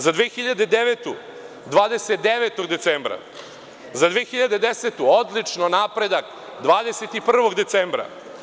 Za 2009. godinu, 29. decembra, za 2010. godinu, odlično, napredak 21. decembra.